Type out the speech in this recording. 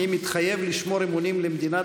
"אני מתחייבת לשמור אמונים למדינת